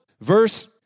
Verse